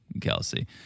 Kelsey